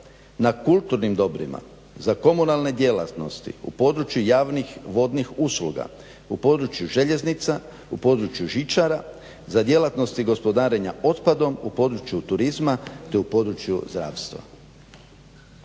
na kulturnim dobrima, za komunalne djelatnosti u području javnih vodnih usluga, u području željeznica, u području žičara, za djelatnosti gospodarenja otpadom, u području turizma, te u području zdravstva.